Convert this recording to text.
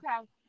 okay